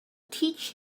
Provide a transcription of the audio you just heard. teach